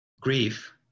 grief